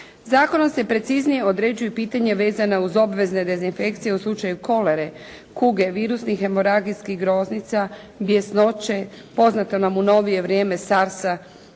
Zakonom se preciznije određuje i pitanje vezano uz obvezne dezinfekcije u slučaju kolere, kuge, virusnih hemoragijskih groznica, bjesnoće, poznata nam u novije vrijeme sarsa